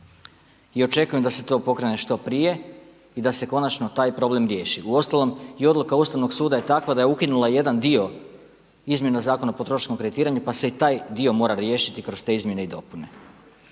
I očekujem da se to pokrene što prije i da se konačno taj problem riješi. Uostalom i odluka Ustavnog suda je takva da je ukinula jedan dio izmjena Zakona o potrošačkom kreditiranju pa se i taj dio mora riješiti kroz te izmjene i dopune.